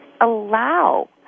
allow